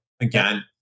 again